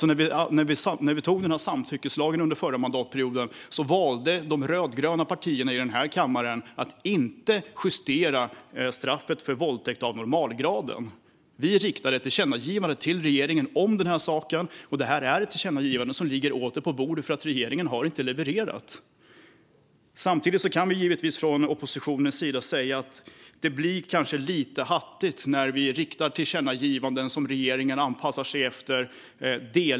När vi antog samtyckeslagen under förra mandatperioden valde de rödgröna partierna i kammaren att inte justera straffet för våldtäkt av normalgraden. Vi riktade ett tillkännagivande till regeringen om detta, och det är ett tillkännagivande som åter ligger på bordet eftersom regeringen inte har levererat. Samtidigt kan vi från oppositionens sida givetvis säga att det kanske blir lite hattigt när vi riktar tillkännagivanden som regeringen delvis anpassar sig efter.